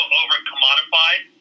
overcommodified